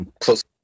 close